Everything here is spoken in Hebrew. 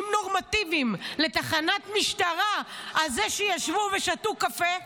נורמטיביים לתחנת משטרה על זה שישבו ושתו קפה.